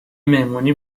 مهمونی